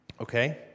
Okay